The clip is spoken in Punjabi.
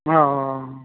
ਹਾਂ